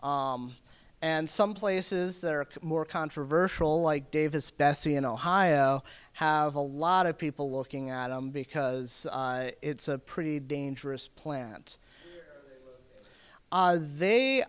and some places that are more controversial like davis bessie in ohio have a lot of people looking at them because it's a pretty dangerous plant they